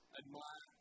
admire